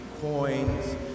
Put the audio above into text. coins